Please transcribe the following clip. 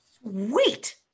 Sweet